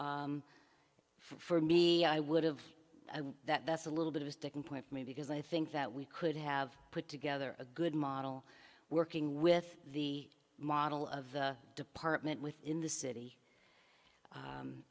for me i would have that that's a little bit of a sticking point for me because i think that we could have put together a good model working with the model of the department within the city